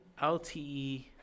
LTE